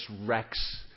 rex